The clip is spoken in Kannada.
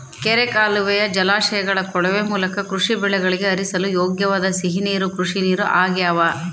ಕೆರೆ ಕಾಲುವೆಯ ಜಲಾಶಯಗಳ ಕೊಳವೆ ಮೂಲಕ ಕೃಷಿ ಬೆಳೆಗಳಿಗೆ ಹರಿಸಲು ಯೋಗ್ಯವಾದ ಸಿಹಿ ನೀರು ಕೃಷಿನೀರು ಆಗ್ಯಾವ